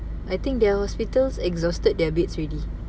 I think their hospitals exhausted their beds already